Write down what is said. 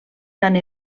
tant